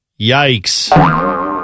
Yikes